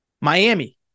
Miami